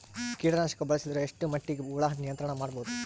ಕೀಟನಾಶಕ ಬಳಸಿದರ ಎಷ್ಟ ಮಟ್ಟಿಗೆ ಹುಳ ನಿಯಂತ್ರಣ ಮಾಡಬಹುದು?